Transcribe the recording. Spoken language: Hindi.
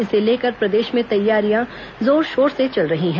इसे लेकर प्रदेश में तैयारियां जोर शोर से चल रही हैं